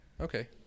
Okay